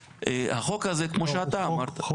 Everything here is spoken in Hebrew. החוק הזה כמו שאתה אמרת --- לא,